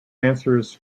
answers